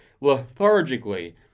lethargically